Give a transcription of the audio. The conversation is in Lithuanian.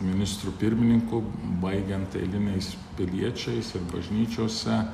ministru pirmininku baigiant eiliniais piliečiais ir bažnyčiose